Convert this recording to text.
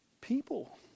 people